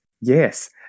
Yes